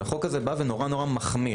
החוק הזה בא ונורא-נורא מחמיר,